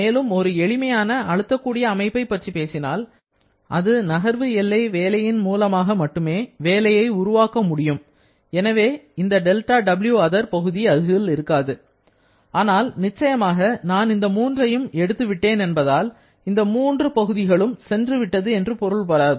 மேலும் ஒரு எளிமையான அழுத்தக் கூடிய அமைப்பை பற்றி பேசினால் அது நகர்வு எல்லை வேலையின் மூலமாக மட்டுமே வேலையை உருவாக்க முடியும் எனவே இந்த δWother பகுதி அதில் இருக்காது ஆனால் நிச்சயமாக நான் இந்த மூன்றையும் எடுத்து விட்டேன் என்பதால் இந்த மூன்று பகுதிகளும் சென்றுவிட்டது என்று பொருள்படாது